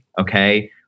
okay